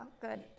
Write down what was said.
good